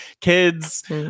kids